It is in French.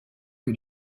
que